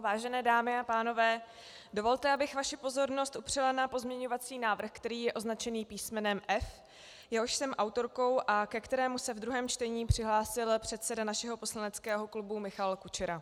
Vážené dámy a pánové, dovolte mi, abych vaši pozornost upřela na pozměňovací návrh, který je označený písmenem F, jehož jsem autorkou a ke kterému se ve druhém čtení přihlásil předseda našeho poslaneckého klubu Michal Kučera.